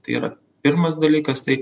tai yra pirmas dalykas tai